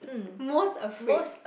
most afraid